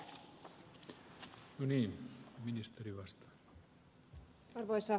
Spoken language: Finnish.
arvoisa puhemies